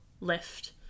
left